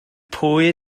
pwy